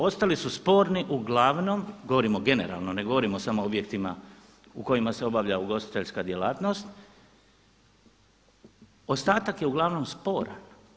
Ostali su sporni uglavnom, govorimo generalno, ne govorimo samo o objektima u kojima se obavlja ugostiteljska djelatnost, ostatak je uglavnom sporan.